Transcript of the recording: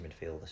midfielders